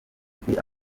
dufite